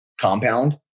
compound